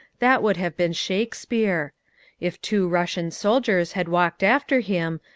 that would have been shakespeare if two russian soldiers had walked after him,